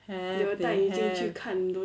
can is can